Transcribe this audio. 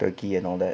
turkey and all that